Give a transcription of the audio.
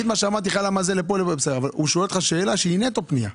הוא שואל אותך שאלה שהיא נטו פנייה,